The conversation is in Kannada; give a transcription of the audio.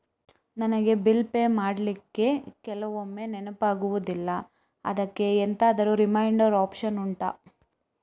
ನನಗೆ ಬಿಲ್ ಪೇ ಮಾಡ್ಲಿಕ್ಕೆ ಕೆಲವೊಮ್ಮೆ ನೆನಪಾಗುದಿಲ್ಲ ಅದ್ಕೆ ಎಂತಾದ್ರೂ ರಿಮೈಂಡ್ ಒಪ್ಶನ್ ಉಂಟಾ